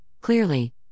Clearly